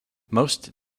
most